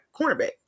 cornerback